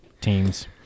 teams